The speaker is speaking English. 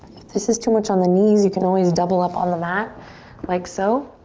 if this is too much on the knees, you can always double up on the mat like so.